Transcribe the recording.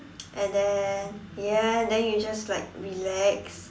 and then ya and then you just like relax